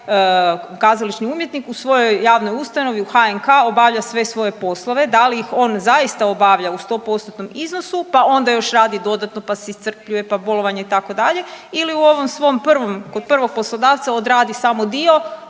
taj kazališni umjetnik u svojoj javnoj ustanovi u HNK obavlja sve svoje poslove, da li on zaista obavlja u 100%-nom iznosu pa onda još radi dodatno pa se iscrpljuje pa bolovanje itd., ili u ovo svom prvom kod prvog poslodavca odradi samo dio,